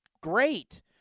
great